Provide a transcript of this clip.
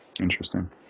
Interesting